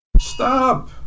Stop